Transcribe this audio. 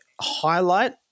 highlight